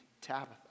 Tabitha